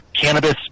Cannabis